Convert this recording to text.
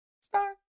Star